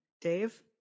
Dave